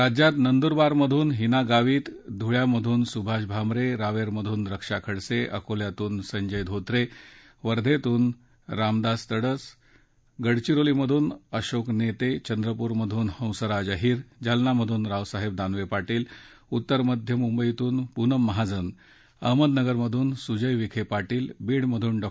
राज्यात नंदुरबारमधून हिना गावित धुळे सुभाष भामरे रावेर रक्षा खडसे अकोला संजय धोत्रे वर्धा रामदास तडस गडचिरोली अशोक नेते चंद्रपूर हंसराज अहिर जालना रावसाहेब दानवे पाटील उत्तर मध्य मुंबई पूनम महाजन अहमदनगर सूजय विखे पाटील बीड डॉ